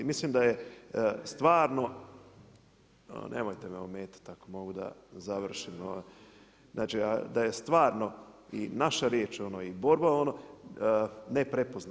Mislim da je stvarno, nemojte me ometati ako mogu da završim, znači da je stvarno i naša riječ i borba neprepoznata.